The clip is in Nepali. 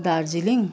दार्जिलिङ